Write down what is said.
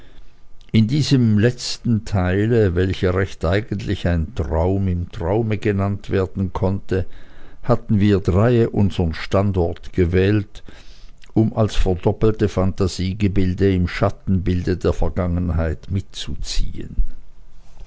in diesem letzten teile welcher recht eigentlich ein traum im traume genannt werden konnte hatten wir dreie unsern standort gewählt um als verdoppelte phantasiegebilde im schattenbilde der vergangenheit mitzuziehen